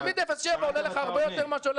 תלמיד 07 עולה לך הרבה יותר ממה שעולה